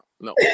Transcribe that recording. No